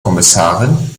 kommissarin